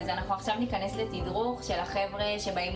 הדיון הזה הבאמת